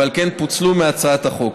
ועל כן הם פוצלו מהצעת החוק.